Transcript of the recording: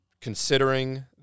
Considering